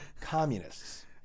communists